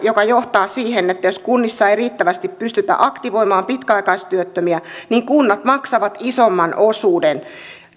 joka johtaa siihen että jos kunnissa ei riittävästi pystytä aktivoimaan pitkäaikaistyöttömiä niin kunnat maksavat isomman osuuden